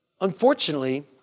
Unfortunately